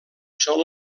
són